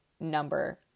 number